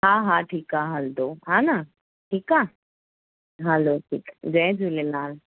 हा हा ठीक आ हलंदो हा न ठीक आ हलो ठीक आ जय झुलेलाल